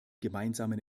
gemeinsamen